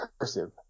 cursive